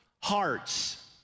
hearts